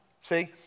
See